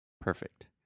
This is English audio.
Perfect